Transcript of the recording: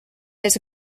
les